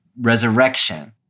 resurrection